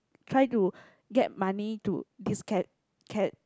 try to get money to disca~